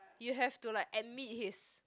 you have to like admit his